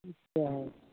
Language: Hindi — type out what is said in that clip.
ई क्या है